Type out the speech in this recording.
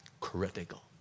Critical